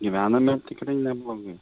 gyvename tikrai neblogai